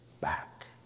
back